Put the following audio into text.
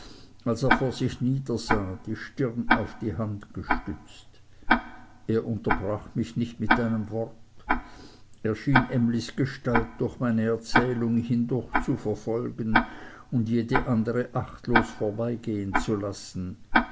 als er vor sich niedersah die stirn auf die hand gestützt er unterbrach mich nicht mit einem wort er schien emlys gestalt durch meine erzählung hindurch zu verfolgen und jede andere achtlos vorbeigehen zu lassen